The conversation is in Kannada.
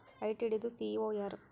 ಐ.ಟಿ.ಡಿ ದು ಸಿ.ಇ.ಓ ಯಾರು?